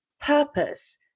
purpose